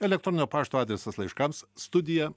elektroninio pašto adresas laiškams studija